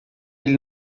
ele